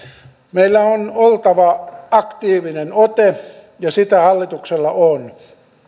meillä on oltava aktiivinen ote ja sitä hallituksella on